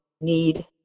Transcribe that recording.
need